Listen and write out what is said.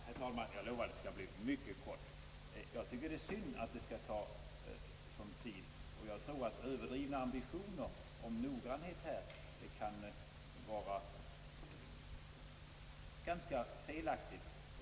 Herr talman! Jag lovar att jag skall fatta mig mycket kort. Jag tycker det är synd att undersökningen skall ta sådan tid. Överdrivna ambitioner i fråga om noggrannhet är inte på sin plats här.